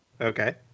Okay